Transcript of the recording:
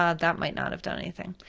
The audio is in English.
ah that might not have done anything.